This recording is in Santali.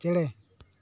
ᱪᱮᱬᱮ